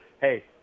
hey